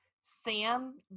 Sam